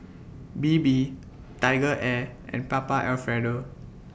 Bebe TigerAir and Papa Alfredo